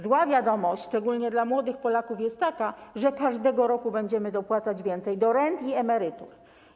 Zła wiadomość, szczególnie dla młodych Polaków, jest taka, że każdego roku będziemy dopłacać więcej do rent i emerytur.